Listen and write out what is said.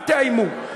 אל תאיימו.